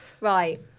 right